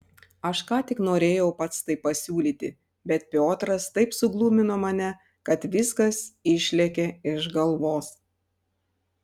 aš ką tik norėjau pats tai pasiūlyti bet piotras taip suglumino mane kad viskas išlėkė iš galvos